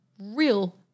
real